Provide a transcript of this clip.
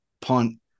punt